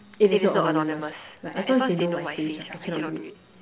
if it's not anonymous like as long as they know my face right I cannot do it